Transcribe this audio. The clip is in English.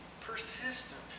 persistent